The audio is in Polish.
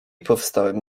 powstałem